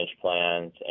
plans